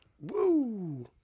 Woo